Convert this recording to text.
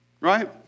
Right